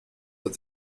that